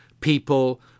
people